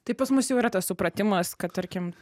tai pas mus jau yra tas supratimas kad tarkim